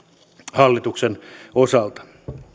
hallituksen osalta